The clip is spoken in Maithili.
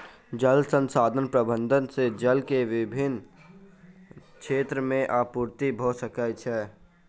जल संसाधन प्रबंधन से जल के विभिन क्षेत्र में आपूर्ति भअ सकै छै